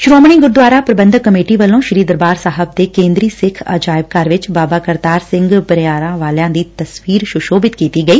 Shiromani Gurdwara Prabandhak committee ਵੱਲੋਂ ਸ੍ਰੀ ਦਰਬਾਰ ਸਾਹਿਬ ਦੇ ਕੇਂਦਰੀ ਸਿੱਖ ਅਜਾਇਬ ਘਰ ਚ ਬਾਬਾ ਕਰਤਾਰ ਸਿੱਘ ਬਰਿਆਰਾ ਵਾਲਿਆਂ ਦੀ ਤਸਵੀਰ ਸੁਸ਼ੋਭਿਤ ਕੀਤੀ ਗਈ